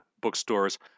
bookstores